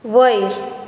वयर